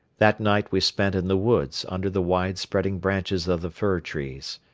that night we spent in the woods under the wide spreading branches of the fir trees.